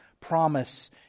promise